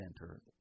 center